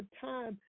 time